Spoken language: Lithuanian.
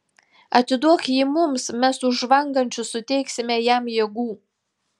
atiduok jį mums mes už žvangančius suteiksime jam jėgų